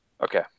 Okay